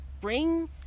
bring